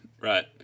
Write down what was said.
right